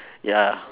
ya